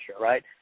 right